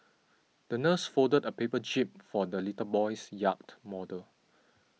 the nurse folded a paper jib for the little boy's yacht model